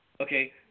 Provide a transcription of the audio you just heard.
Okay